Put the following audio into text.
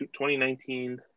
2019